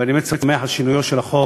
ואני באמת שמח על שינויו של החוק,